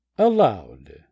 Aloud